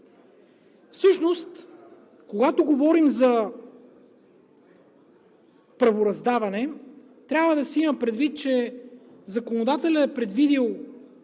Всъщност, когато говорим за правораздаване, трябва да се има предвид, че законодателят е предвидил